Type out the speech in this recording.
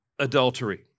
adultery